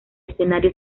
escenario